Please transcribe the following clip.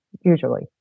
Usually